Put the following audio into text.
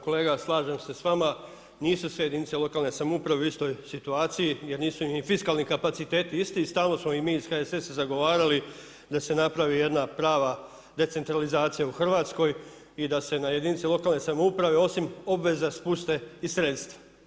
Kolega slažem se s vama nisu sve jedinice lokalne samouprave u istoj situaciji jer nisu im ni fiskalni kapaciteti isti stalno smo i mi iz HSSS-a zagovarali da se napravi jedna prava decentralizacija u Hrvatskoj i da se na jedinici lokalne samouprave osim obveza spuste i sredstva.